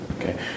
Okay